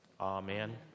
Amen